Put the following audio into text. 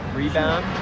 rebound